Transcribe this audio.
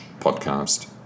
podcast